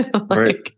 Right